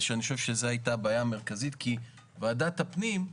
ההתייחסות שלי הייתה לדברים קטנים.